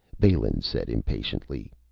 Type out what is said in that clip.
balin said impatiently,